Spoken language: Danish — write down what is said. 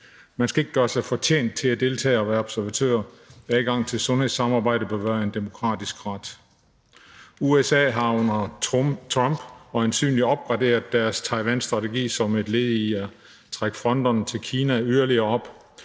Man skal ikke gøre sig fortjent til at deltage og være observatør. Adgang til sundhedssamarbejde bør være en demokratisk ret. USA har under Trump øjensynlig opgraderet deres Taiwanstrategi som et led i at trække fronterne til Kina yderligere op.